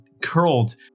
curled